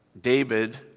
David